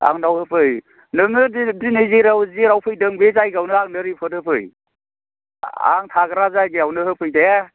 आंनाव होफै नोङो दिनै जेराव फैदों बे जायगायावनो आंनो रिपर्ट होफै आं थाग्रा जायगायावनो होफै दे